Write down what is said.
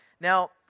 Now